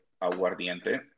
Aguardiente